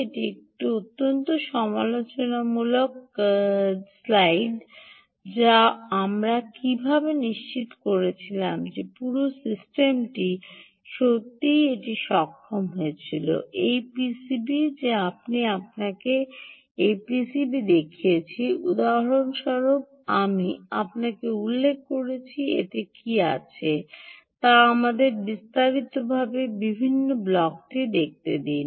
এটি একটি অত্যন্ত সমালোচনামূলক স্লাইড যা আমরা কীভাবে নিশ্চিত করেছিলাম যে পুরো সিস্টেমটি সত্যই এটি সক্ষম হয়েছিল এই পিসিবি যে আমি আপনাকে এই পিসিবি দেখিয়েছি উদাহরণস্বরূপ আমি আপনাকে উল্লেখ করেছি এতে কী আছে তা আমাদের বিস্তারিতভাবে বিভিন্ন ব্লকটি দেখতে দিন